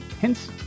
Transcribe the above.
Hence